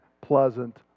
pleasant